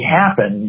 happen